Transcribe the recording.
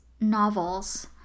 novels